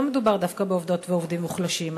לא מדובר דווקא בעובדות ועובדים מוחלשים,